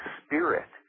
spirit